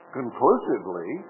conclusively